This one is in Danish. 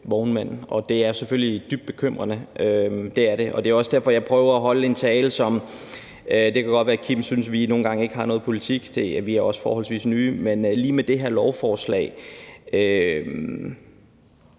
og det er selvfølgelig dybt bekymrende. Det er det, og det er også derfor, jeg prøver at holde talen sådan, og det kan godt være, Kim Edberg Andersen nogle gange synes, at vi ikke har noget politik. Vi er også forholdsvis nye, men lige med hensyn til det her lovforslag